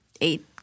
eight-